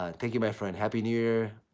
ah thank you, my friend, happy new year.